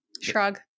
shrug